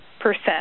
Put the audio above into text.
percent